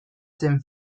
zen